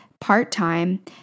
part-time